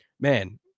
Man